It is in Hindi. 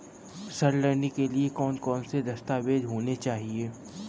ऋण लेने के लिए कौन कौन से दस्तावेज होने चाहिए?